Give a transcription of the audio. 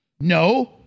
No